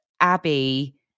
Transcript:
Abby